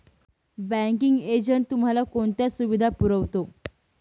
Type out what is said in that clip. Banking agent तुम्हाला कोणत्या सुविधा पुरवतो?